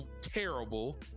terrible